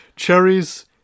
Cherries